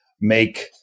make